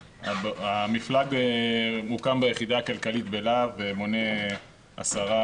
המפלג הוקם ביחידה הכלכלית בלהב ומונה עשרה